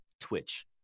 Twitch